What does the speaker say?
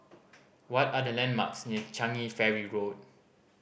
what are the landmarks near Changi Ferry Road